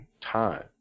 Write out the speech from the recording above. time